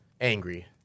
angry